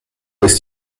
ist